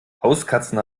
hauskatzen